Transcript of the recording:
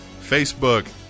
Facebook